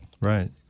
Right